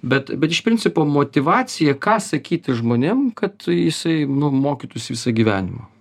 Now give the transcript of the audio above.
bet bet iš principo motyvacija ką sakyti žmonėm kad jisai nu mokytųsi visą gyvenimą